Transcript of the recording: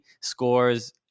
scores